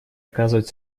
оказывать